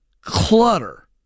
clutter